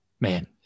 man